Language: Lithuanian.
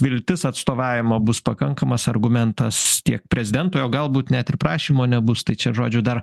viltis atstovavimo bus pakankamas argumentas tiek prezidentui o galbūt net ir prašymo nebus tai čia žodžiu dar